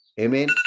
Amen